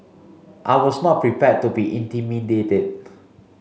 I was not prepared to be intimidated